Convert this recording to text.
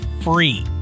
free